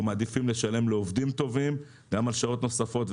אנחנו מעדיפים לשלם לעובדים טובים גם על שעות נוספות,